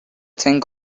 think